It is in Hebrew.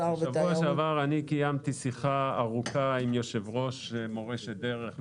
בשבוע שעבר קיימתי שיחה ארוכה עם יושב-ראש "מורשת דרך",